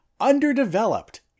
underdeveloped